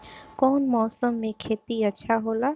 कौन मौसम मे खेती अच्छा होला?